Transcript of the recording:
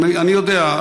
אני יודע,